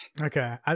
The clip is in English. Okay